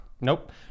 Nope